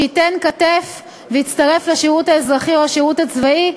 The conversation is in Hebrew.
שייתן כתף ויצטרף לשירות האזרחי או לשירות הצבאי.